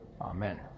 Amen